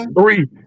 three